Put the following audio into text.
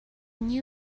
new